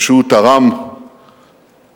ושהוא תרם להיווסדה.